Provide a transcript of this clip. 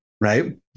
right